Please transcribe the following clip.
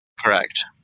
correct